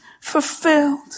fulfilled